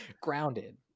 grounded